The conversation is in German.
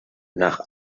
nach